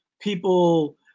people